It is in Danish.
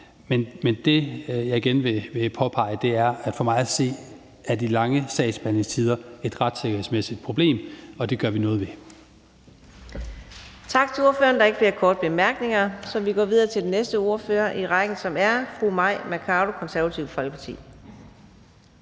Men det, jeg igen vil påpege, er, at for mig at se er de lange sagsbehandlingstider et retssikkerhedsmæssigt problem, og det gør vi noget ved. Kl. 14:54 Fjerde næstformand (Karina Adsbøl): Tak til ordføreren. Der er ikke flere korte bemærkninger, så vi går videre til den næste ordfører i rækken, som er fru Mai Mercado, Det Konservative Folkeparti.